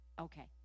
Okay